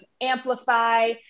Amplify